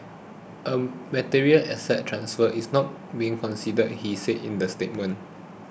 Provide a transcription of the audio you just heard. a material asset transfer is not being considered he said in the statement